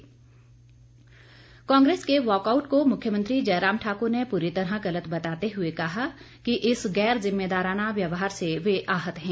मुख्यमंत्री बयान कांग्रेस के वाकआउट को मुख्यमंत्री जय राम ठाकुर ने पूरी तरह गलत बताते हुए कहा कि इस गैर जिम्मेदाराना व्यवहार से वे आहत हैं